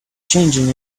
changing